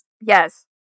yes